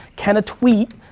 can a tweet,